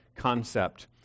concept